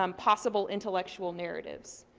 um possible intellectual narratives.